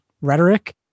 rhetoric